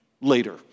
later